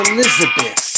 Elizabeth